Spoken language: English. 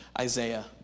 Isaiah